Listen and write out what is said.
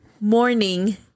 morning